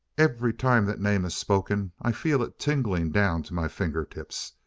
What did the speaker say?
every time that name is spoken, i feel it tingling down to my fingertips.